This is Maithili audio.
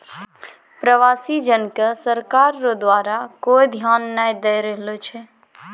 प्रवासी जन के सरकार रो द्वारा कोय ध्यान नै दैय रहलो छै